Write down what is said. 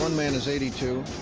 man is eighty two.